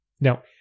Now